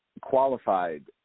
qualified